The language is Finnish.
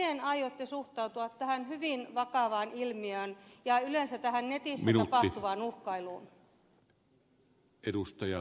miten aiotte suhtautua tähän hyvin vakavaan ilmiöön ja yleensä tähän netissä tapahtuvaan uhkailuun